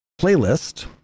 playlist